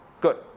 Good